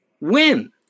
win